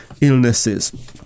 illnesses